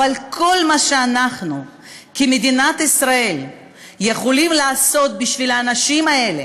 אבל כל מה שאנחנו כמדינת ישראל יכולים לעשות בשביל האנשים האלה,